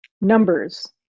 numbers